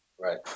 right